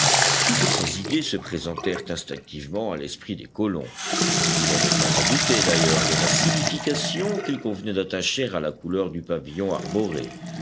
toutes ces idées se présentèrent instinctivement à l'esprit des colons il n'y avait pas à douter d'ailleurs de la signification qu'il convenait d'attacher à la couleur du pavillon arboré